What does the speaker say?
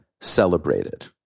celebrated